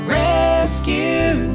rescue